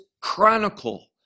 chronicle